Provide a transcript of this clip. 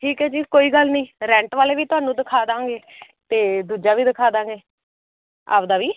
ਠੀਕ ਹੈ ਜੀ ਕੋਈ ਗੱਲ ਨਹੀਂ ਰੈਂਟ ਵਾਲੇ ਵੀ ਤੁਹਾਨੂੰ ਦਿਖਾ ਦਾਂਗੇ ਅਤੇ ਦੂਜਾ ਵੀ ਦਿਖਾ ਦਾਂਗੇ ਆਪਣਾ ਵੀ